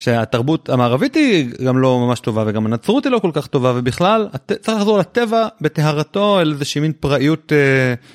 שהתרבות המערבית היא גם לא ממש טובה וגם הנצרות היא לא כל כך טובה ובכלל אתה צריך לחזור לטבע בטהרתו על איזוהיא מין פראיות